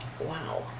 Wow